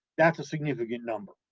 that's a significant number,